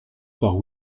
par